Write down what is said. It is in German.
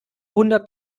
hundert